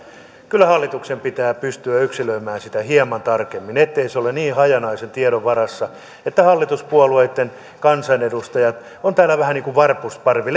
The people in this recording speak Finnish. kyllä hallituksen pitää pystyä yksilöimään sitä hieman tarkemmin ettei se ole niin hajanaisen tiedon varassa että hallituspuolueitten kansanedustajat ovat täällä vähän niin kuin varpusparvi